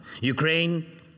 Ukraine